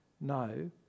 No